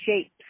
shapes